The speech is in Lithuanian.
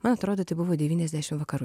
man atrodo tai buvo devyniasdešim vakarų